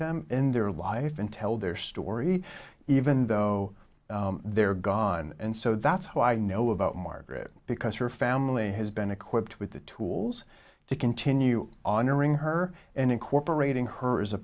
them in their lives and tell their story even though they're gone and so that's how i know about margaret because her family has been equipped with the tools to continue honoring her and incorporating her as a